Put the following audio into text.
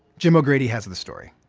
jim o'grady has the story